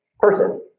person